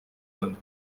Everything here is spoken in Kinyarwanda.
uganda